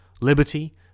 liberty